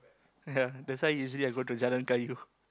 ya that's usually I go to Jalan-Kayu